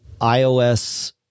iOS